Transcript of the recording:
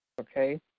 okay